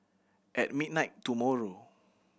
at midnight tomorrow